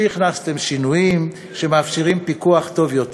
שהכנסתם שינויים שמאפשרים פיקוח טוב יותר.